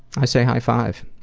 i say high five.